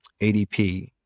ADP